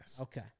Okay